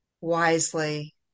wisely